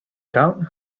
down